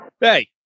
Hey